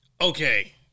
Okay